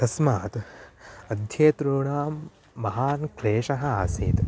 तस्मात् अध्येतॄणां महान् क्लेशः आसीत्